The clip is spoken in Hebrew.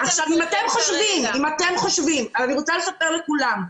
אני רוצה לספר לכולם.